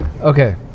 Okay